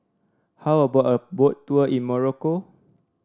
how about a Boat Tour in Morocco